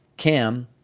cam,